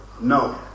No